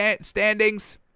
standings